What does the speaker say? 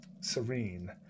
Serene